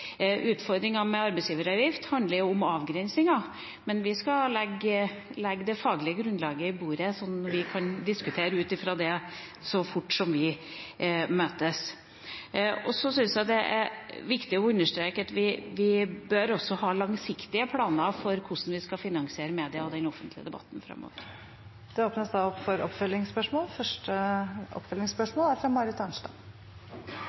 med arbeidsgiveravgift handler om avgrensningene. Men vi skal legge det faglige grunnlaget på bordet, slik at vi kan diskutere ut fra det så fort vi møtes. Så syns jeg det er viktig å understreke at vi også bør ha langsiktige planer for hvordan vi skal finansiere media, i den offentlige debatten framover. Det åpnes for oppfølgingsspørsmål – først Marit Arnstad.